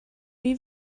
wie